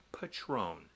Patron